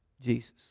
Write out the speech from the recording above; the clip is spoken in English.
Jesus